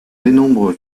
dénombre